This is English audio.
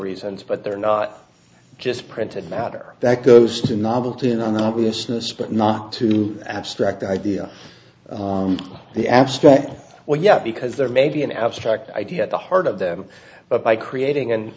reasons but they're not just printed matter that goes to novelty and on the obviousness but not too abstract idea the abstract well yeah because there may be an abstract idea at the heart of them but by creating